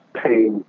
pain